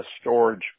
storage